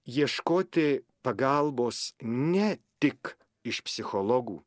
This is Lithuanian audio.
ieškoti pagalbos ne tik iš psichologų